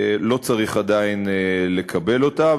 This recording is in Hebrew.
לא צריך עדיין לקבל אותה.